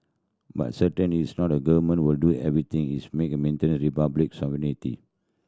but certain is not the government will do everything its make a maintain the Republic's sovereignty